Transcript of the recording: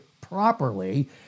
properly